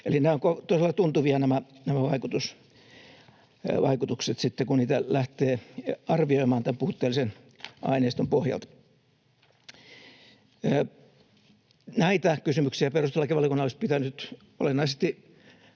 vaikutukset ovat todella tuntuvia sitten kun niitä lähtee arvioimaan tämän puutteellisen aineiston pohjalta. Näitä kysymyksiä perustuslakivaliokunnan olisi pitänyt olennaisesti